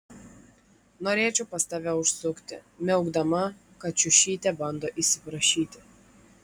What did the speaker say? norėčiau pas tave užsukti miaukdama kačiušytė bando įsiprašyti